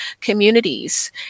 communities